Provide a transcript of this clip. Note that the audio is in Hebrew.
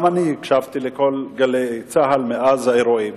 גם אני הקשבתי ל"גלי צה"ל", מאז תחילת האירועים,